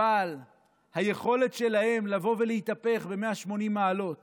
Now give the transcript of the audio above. אבל היכולת שלהם להתהפך ב-180 מעלות